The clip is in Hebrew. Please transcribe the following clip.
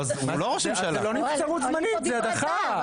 אז זה לא נבצרות זמנית, זו הדחה.